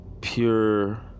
pure